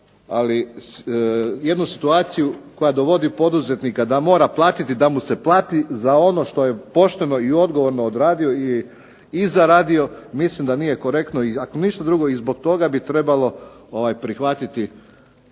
ali jednu situaciju koja dovodi poduzetnika da mora platiti da mu se plati za ono što je pošteno i odgovorno odradio i zaradio. Mislim da nije korektno i ako ništa drugo i zbog toga bi trebalo prihvatiti